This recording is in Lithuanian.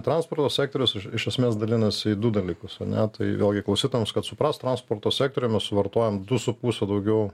transporto sektorius iš esmės dalinasi į du dalykus ane tai vėlgi klausytojams kad suprast transporto sektoriuje mes suvartojam du su puse daugiau